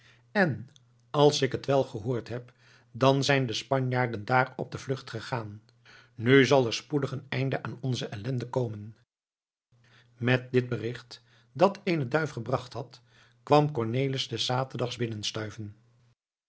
en als ik het wel gehoord heb dan zijn de spanjaarden daar op de vlucht gegaan nu zal er spoedig een einde aan onze ellende komen met dit bericht dat eene duif gebracht had kwam cornelis des zaterdags